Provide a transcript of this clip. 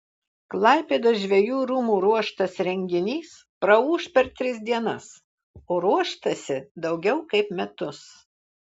klaipėdos žvejų rūmų ruoštas renginys praūš per tris dienas o ruoštasi daugiau kaip metus